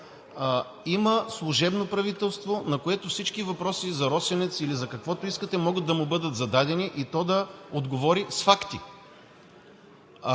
Има служебно правителство, на което всички въпроси за „Росенец“ или за каквото искате, могат да му бъдат зададени и то да отговори с факти.